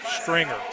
Stringer